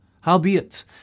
howbeit